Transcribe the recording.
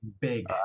Big